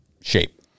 shape